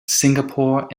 singapore